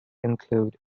include